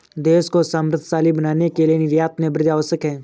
देश को समृद्धशाली बनाने के लिए निर्यात में वृद्धि आवश्यक है